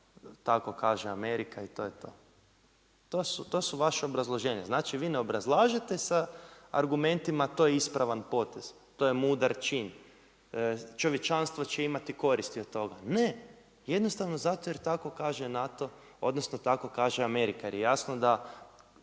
NATO, kaže Amerika i to je to. To su vaša obrazloženja. Znači vi ne obrazlažete sa argumentima, to je ispravan potez, to je mudar čin, čovječanstvo će imati koristi od toga. Ne, jednostavno zato jer tako kaže NATO, odnosno tako kaže Amerika jer je jasno da,